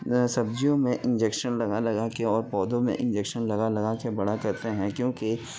سبزیوں میں انجیکشن لگا لگا کے اور پودوں میں انجیکشن لگا لگا کے بڑا کرتے ہیں کیونکہ